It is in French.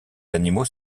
animaux